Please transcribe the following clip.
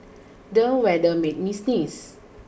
the weather made me sneeze